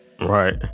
right